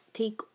take